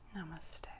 Namaste